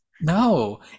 no